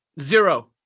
Zero